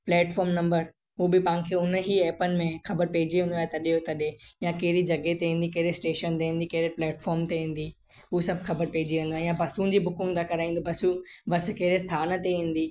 platform number हू बि पाण खे उन ई ऐपनि ते ख़बर पइजी वेंदो आहे तॾहिं जो तॾहिं या कहिड़ी जॻहि ते ईंदी केरे स्टेशन ते ईंदी कहिड़े प्लेटफोर्म ते ईंदी हू सभु ख़बर पइजी वेंदो आहे या बसुनि जी बुकुनि था करायूं त बसियूं बस कहिड़े स्थान ते ईंदी